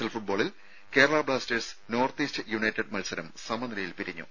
L ഫുട്ബോളിൽ Kerala Blasters North East United മത്സരം സമനിലയിൽ പിരിഞ്ഞു